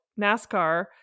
NASCAR